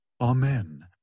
Amen